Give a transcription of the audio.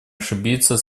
ошибиться